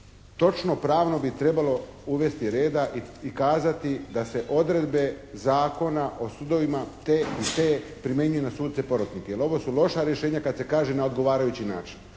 Točno pravno bi trebalo uvesti reda i kazati da se odredbe Zakona o sudovima te primjenjuju na suce porotnike, jer ovo su loša rješenja kad se kaže na odgovarajući način.